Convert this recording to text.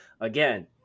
Again